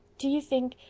do you think.